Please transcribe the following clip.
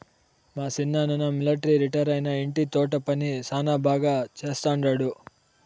మా సిన్నాయన మిలట్రీ రిటైరైనా ఇంటి తోట పని శానా బాగా చేస్తండాడు